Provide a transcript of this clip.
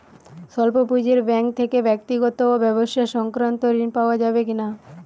স্বল্প পুঁজির ব্যাঙ্ক থেকে ব্যক্তিগত ও ব্যবসা সংক্রান্ত ঋণ পাওয়া যাবে কিনা?